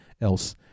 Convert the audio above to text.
else